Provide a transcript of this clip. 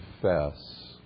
confess